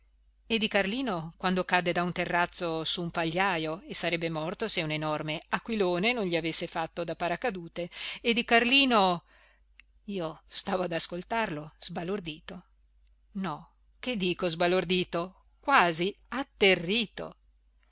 e di carlino quando cadde da un terrazzo su un pagliajo e sarebbe morto se un enorme aquilone non gli avesse fatto da paracadute e di carlino io stavo ad ascoltarlo sbalordito no che dico sbalordito quasi atterrito